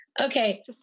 okay